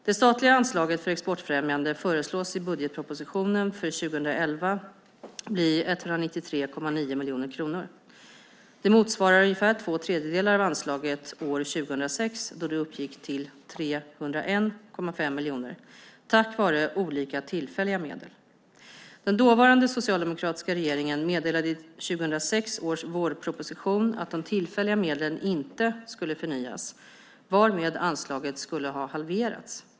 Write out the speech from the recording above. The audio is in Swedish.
Det statliga anslaget för exportfrämjande föreslås i budgetpropositionen för 2011 bli 193,9 miljoner kronor. Det motsvarar ungefär två tredjedelar av anslaget år 2006, då det uppgick till 301,5 miljoner tack vare olika tillfälliga medel. Den dåvarande socialdemokratiska regeringen meddelade i 2006 års vårproposition att de tillfälliga medlen inte skulle förnyas, varmed anslaget skulle ha halverats.